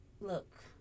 look